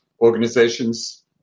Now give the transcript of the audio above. organizations